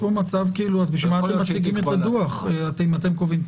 אז בשביל מה אתם מציגים את הדוח אם אתם קובעים?